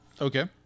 Okay